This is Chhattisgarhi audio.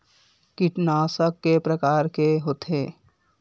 कीटनाशक के प्रकार के होथे?